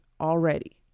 already